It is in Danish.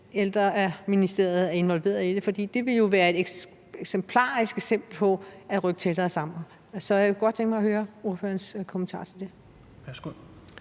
Ældreministeriet er involveret i det, for det ville jo være et eksemplarisk eksempel på at rykke tættere sammen. Så jeg kunne godt tænke mig at høre ordførerens kommentar til det.